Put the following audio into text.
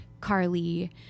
Carly